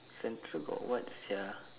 central got what sia